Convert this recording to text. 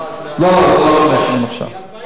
זה היה חמש שנים, המכרז.